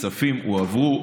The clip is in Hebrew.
הכספים הועברו,